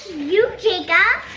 you, jacob.